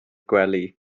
gwely